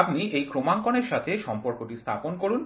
আপনি এই ক্রমাঙ্কনের সাথে সম্পর্কটি স্থাপন করুন